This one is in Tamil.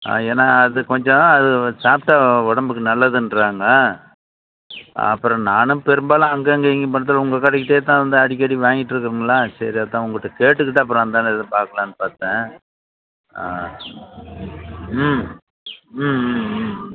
ஆ ஏன்னா அது கொஞ்சம் அது சாப்பிட்டா உடம்புக்கு நல்லதுன்னுறாங்க அப்புறம் நானும் பெரும்பாலும் அங்கங்கே எங்கேயும் பார்த்துட்டு உங்கள் கடைக்கேதான் வந்து அடிக்கடி வாங்கிட்டிருக்குறேங்களா சரி அதுதான் உங்ககிட்ட கேட்டுக்கிட்டு அப்புறம் அந்தாண்டை இதை பார்க்கலான்னு பார்த்தேன் ஆ ம் ம் ம்